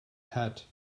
hat